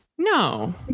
No